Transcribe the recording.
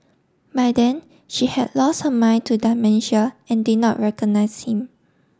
by then she had lost her mind to dementia and did not recognise him